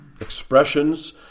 expressions